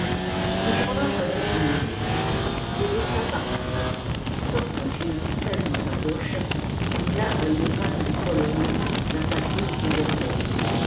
mais jeanlin avait une idée il les laissa partir il sortit une ficelle de sa poche qu'il lia à une patte de pologne la patte gauche de derrière